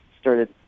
started